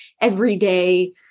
everyday